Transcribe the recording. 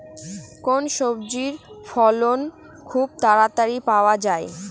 কোন সবজির ফলন খুব তাড়াতাড়ি পাওয়া যায়?